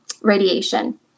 radiation